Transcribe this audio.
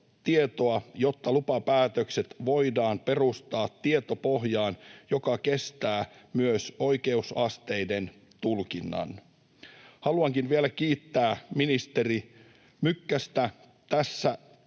jotta lupapäätökset voidaan perustaa tietopohjaan, joka kestää myös oikeusasteiden tulkinnan. Haluankin vielä kiittää ministeri Mykkästä tässä